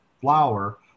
flower